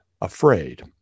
afraid